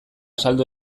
saldu